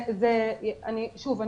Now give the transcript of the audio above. שוב,